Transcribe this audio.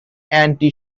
anti